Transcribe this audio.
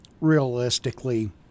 realistically